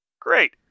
Great